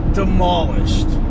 demolished